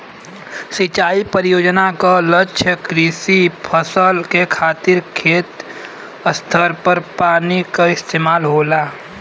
सिंचाई परियोजना क लक्ष्य कृषि फसल के खातिर खेत स्तर पर पानी क इस्तेमाल होला